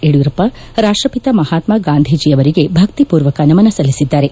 ಯಡಿಯೂರಪ್ಪ ರಾಷ್ಟಪಿತ ಮಹಾತ್ಮ ಗಾಂಧೀಜಿಯವರಿಗೆ ಭಕ್ತಿಪೂರ್ವಕ ಪ್ರಣಾಮಗಳನ್ನು ಸಲ್ಲಿಸಿದ್ದಾರೆ